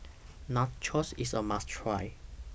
Nachos IS A must Try